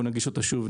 אנחנו נגיש אותה שוב.